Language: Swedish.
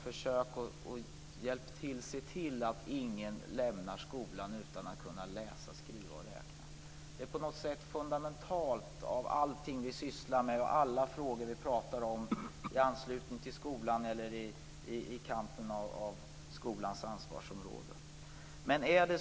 Försök se till att ingen lämnar skolan utan att kunna läsa, skriva och räkna! Det är fundamentalt i allt det som vi sysslar med och i alla de frågor som vi pratar om i anslutning till skolan eller i kampen på skolans ansvarsområde.